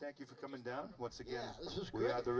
thank you for coming down once again this is whe